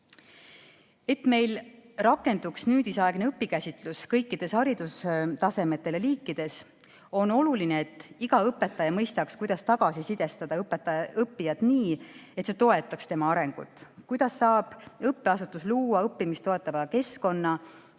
meil rakenduks nüüdisaegne õpikäsitlus kõikidel haridustasemetel ja ‑liikides, on oluline, et iga õpetaja mõistaks, kuidas tagasisidestada õppijat nii, et see toetaks tema arengut, ja kuidas saab õppeasutus luua õppimist toetava keskkonna,